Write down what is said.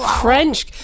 French